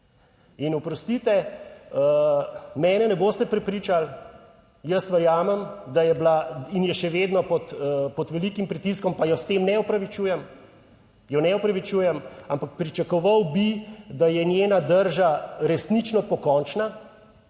In oprostite, mene ne boste prepričali, jaz verjamem, da je bila in je še vedno pod velikim pritiskom, pa jo s tem ne opravičujem, jo ne opravičujem, ampak pričakoval bi, da je njena drža resnično pokončna,